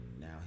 now